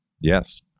Yes